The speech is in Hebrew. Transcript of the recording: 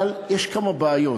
אבל יש כמה בעיות.